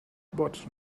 but